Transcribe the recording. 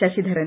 Sasidharan